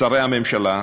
שרי הממשלה,